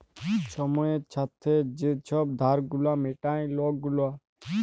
ছময়ের ছাথে যে ছব ধার গুলা মিটায় লক গুলা